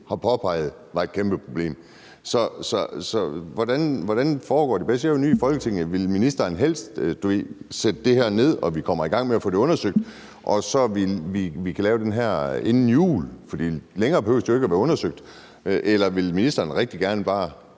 har påpeget var et kæmpeproblem. Så hvordan foregår det? For jeg er jo ny i Folketinget. Vil ministeren helst nedsætte det her, sådan at vi kommer i gang med at få det undersøgt, så vi kan lave det her inden jul? For længere tid behøver det jo ikke blive undersøgt. Eller vil ministeren bare rigtig gerne bruge